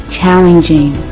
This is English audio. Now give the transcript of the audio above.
challenging